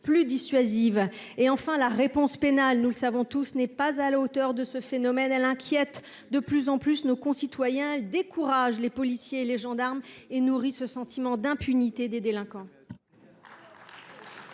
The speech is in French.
plus dissuasives ? Enfin, nous le savons tous, la réponse pénale n’est pas à la hauteur de ce phénomène. Elle inquiète de plus en plus nos concitoyens, elle décourage les policiers et les gendarmes, elle nourrit le sentiment d’impunité chez les délinquants.